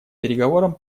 переговорам